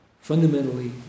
Fundamentally